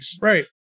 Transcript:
right